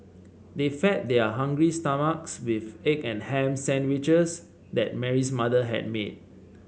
they fed their hungry stomachs with egg and ham sandwiches that Mary's mother had made